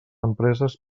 empreses